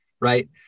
right